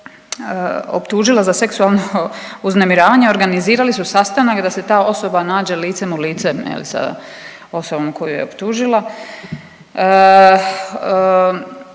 za seksualno uznemiravanje organizirali su sastanak da se ta osoba nađe licem u lice jel sa osobom koju je optužila.